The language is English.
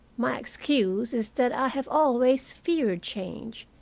my excuse is that i have always feared change.